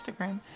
instagram